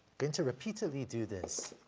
going to repeatedly do this.